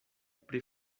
pri